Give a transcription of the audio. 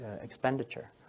expenditure